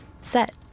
set